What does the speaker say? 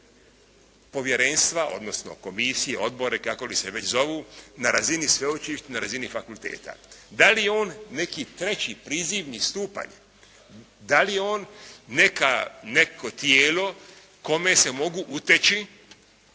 povjerenstva odnosno komisije, odbore kako li se već zovu na razini sveučilišta, na razini fakulteta? Da li je on neki treći prizivni stupanj, da li je on neko tijelo kome se mogu uteći